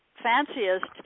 fanciest